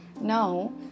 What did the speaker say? Now